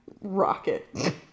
Rocket